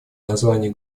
название